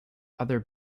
other